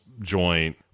joint